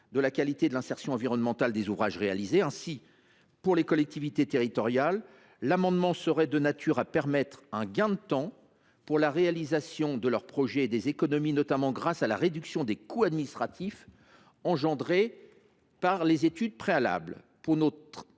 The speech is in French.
de la qualité de l’insertion environnementale des ouvrages réalisés. Ainsi, pour les collectivités territoriales, l’adoption de cet amendement permettrait un gain de temps dans la réalisation de leurs projets et des économies, notamment grâce à la réduction des coûts engendrés par les études préalables.